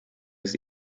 ist